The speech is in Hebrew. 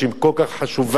שהיא כל כך חשובה.